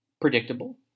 Predictable